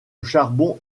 charbon